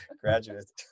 graduates